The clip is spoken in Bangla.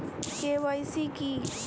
কে.ওয়াই.সি কি?